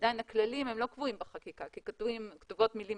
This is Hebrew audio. עדיין הכללים לא קבועים בחקיקה כי כתובות מילים